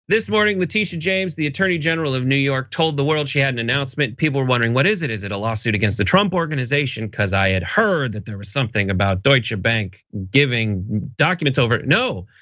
this morning letitia james, the attorney general of new york told the world she had an announcement people were wondering, what is it? is it a lawsuit against the trump organization? cuz i had heard that there was something about deutsche bank giving documents over, no.